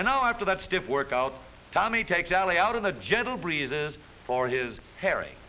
and no after that stiff workout tommy take sally out of the gentle breezes for his hairy